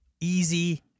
easy